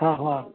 हँ हँ